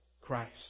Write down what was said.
Christ